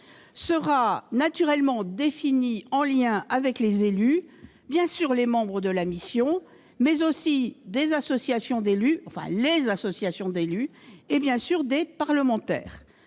sera naturellement définie en lien avec les membres de la mission, mais aussi les associations d'élus, et bien sûr des parlementaires.